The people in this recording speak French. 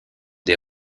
des